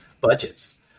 budgets